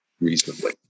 reasonably